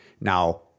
Now